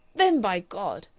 then, by god!